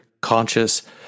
conscious